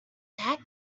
that